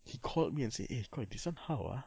he called me and said eh koi this [one] how ah